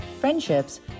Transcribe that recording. friendships